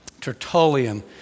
Tertullian